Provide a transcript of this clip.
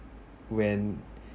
when